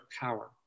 power